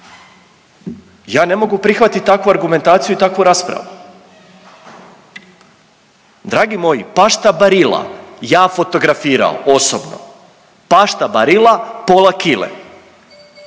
Ja ne mogu prihvatit takvu argumentaciju i takvu raspravu. Dragi moji Pasta Barilla ja fotografirao osobno, Pasta Barilla pola kile